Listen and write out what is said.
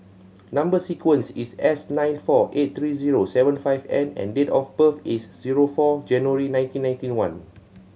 number sequence is S nine four eight three zero seven five N and date of birth is zero four January nineteen ninety one